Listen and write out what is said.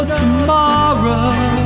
tomorrow